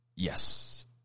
Yes